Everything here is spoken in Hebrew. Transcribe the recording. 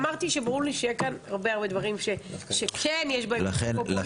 כשדיברתי אמרתי שאמרו לי שיהיו כאן הרבה דברים שכן יש בהם מן הפופוליזם.